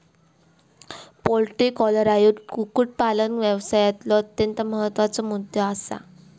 poultry cholera ह्यो कुक्कुटपालन व्यवसायातलो अत्यंत महत्त्वाचा मुद्दो आसा